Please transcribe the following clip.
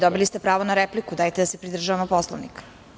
Dobili ste pravo na repliku i molim vas da se pridržavamo Poslovnika.